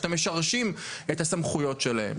אתם משרשים את הסמכויות שלהם.